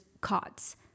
cots